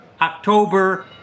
October